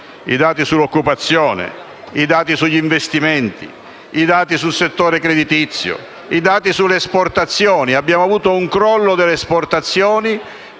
ai dati sull'occupazione, a quelli sugli investimenti, sul settore creditizio, sulle esportazioni: abbiamo avuto un crollo delle esportazioni.